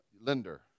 lender